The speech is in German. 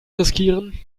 riskieren